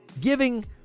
giving